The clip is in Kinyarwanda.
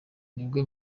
nibwo